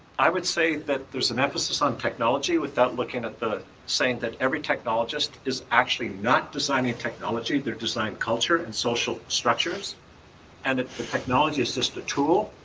i would say that there's an emphasis on technology without looking at the saying that every technologist is actually not designing technology, they're designed culture and social structures and that the technology is just a tool.